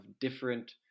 different